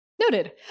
Noted